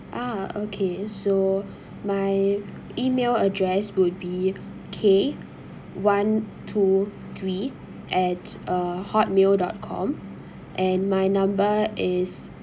ah okay so my email address would be K one two three at uh hotmail dot com and my number is